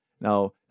Now